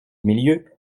milieu